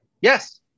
Yes